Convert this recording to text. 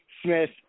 Smith